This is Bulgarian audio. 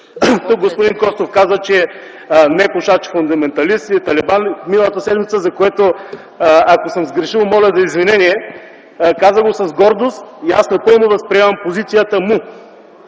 тук господин Костов каза, че непушач фундаменталист си е талибан, за което, ако съм сгрешил, моля за извинение. Каза го с гордост и аз напълно възприемам позицията му.